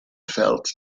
felt